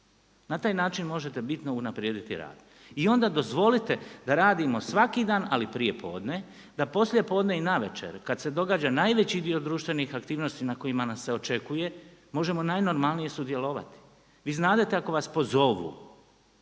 na taj način možete bitno unaprijediti rad. I onda dozvolite da radimo svaki dan ali prije podne, da poslije podne i navečer kada se događa najveći dio društvenih aktivnosti, na kojima nas se očekuje, možemo najnormalnije sudjelovati. Vi znadete ako vas pozovu,